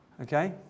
okay